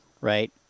right